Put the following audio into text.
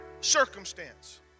circumstance